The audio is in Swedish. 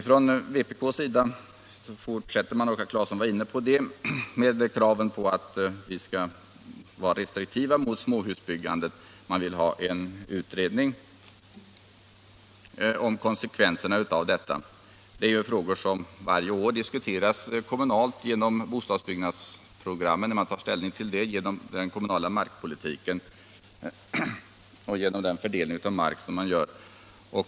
Från vpk:s sida fortsätter man att kräva restriktioner mot småhusbyggandet — man vill ha en utredning av konsekvenserna därav. Detta är frågor som varje år diskuteras kommunalt när man tar ställning till bostadsbyggnadsprogrammen. Man tar ställning till de frågorna också genom den kommunala markpolitiken.